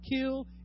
kill